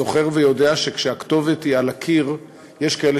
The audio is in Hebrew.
זוכר ויודע שכשהכתובת היא על הקיר יש כאלה